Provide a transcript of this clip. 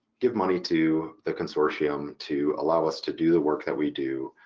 give money to the consortium to allow us to do the work that we do,